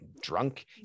drunk